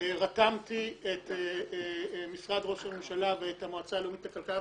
רתמתי את משרד ראש הממשלה ואת המועצה הלאומית לכלכלה לנושא.